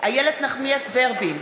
איילת נחמיאס ורבין,